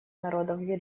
народов